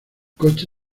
coche